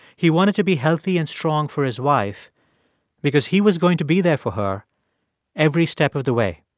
he wanted to be healthy and strong for his wife because he was going to be there for her every step of the way.